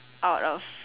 out of